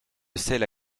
celles